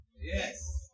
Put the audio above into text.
Yes